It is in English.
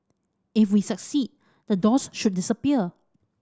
if we succeed the doors should disappear